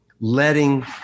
letting